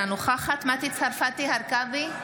אינה נוכחת מטי צרפתי הרכבי,